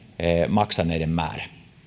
maksaneiden määrä